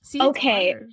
Okay